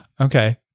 okay